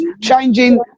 changing